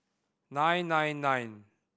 nine nine nine